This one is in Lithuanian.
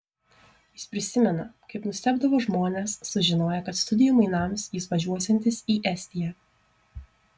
jis prisimena kaip nustebdavo žmonės sužinoję kad studijų mainams jis važiuosiantis į estiją